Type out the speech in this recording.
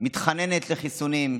מתחננת לחיסונים,